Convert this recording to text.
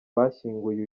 bashyinguye